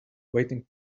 waiting